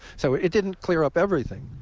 so it didn't clear up everything,